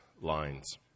lines